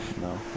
No